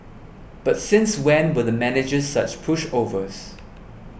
but since when were the managers such pushovers